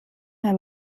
herr